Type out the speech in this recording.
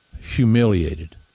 humiliated